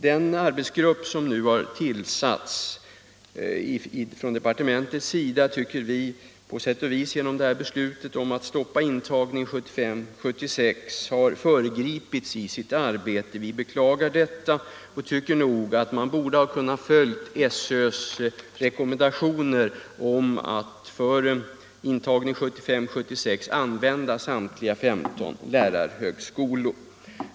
Vi tycker på sätt och vis att den arbetsgrupp som departementet nu har tillsatt har föregripits i sitt arbete genom det här beslutet om att stoppa intagningen 1975 76 använda samtliga 15 lärarhögskolor.